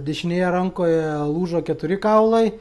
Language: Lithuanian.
dešinėje rankoje lūžo keturi kaulai